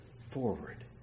forward